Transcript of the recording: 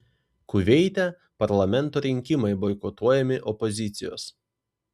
kuveite parlamento rinkimai boikotuojami opozicijos